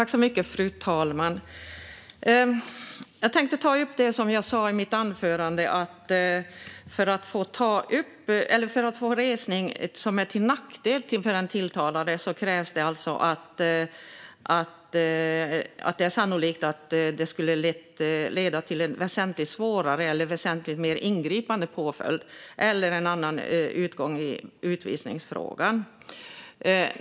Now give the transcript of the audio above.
Fru talman! Jag tänker ta upp det som jag sa i mitt anförande. För att få resning som är till nackdel för den tilltalade krävs att det sannolikt skulle leda till en väsentligt svårare eller väsentligt mer ingripande påföljd eller en annan utgång i utvisningsfrågan.